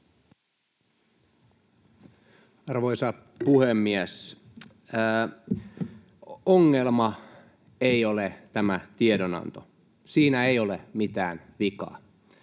Arvoisa puhemies! Ongelma ei ole tämä tiedonanto. Siinä ei ole mitään vikaa.